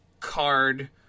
card